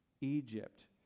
Egypt